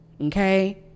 Okay